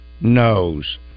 knows